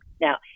Now